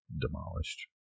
demolished